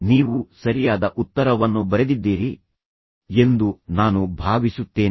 ನೀವು ಸರಿಯಾದ ಉತ್ತರವನ್ನು ಬರೆದಿದ್ದೀರಿ ಎಂದು ನಾನು ಭಾವಿಸುತ್ತೇನೆ